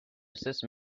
assist